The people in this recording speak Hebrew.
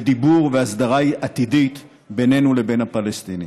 דיבור והסדרה עתידית בינינו לבין הפלסטינים.